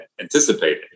anticipated